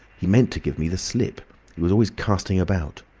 he meant to give me the slip he was always casting about!